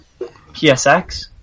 PSX